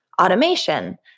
Automation